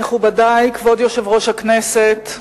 מכובדי, כבוד יושב-ראש הכנסת,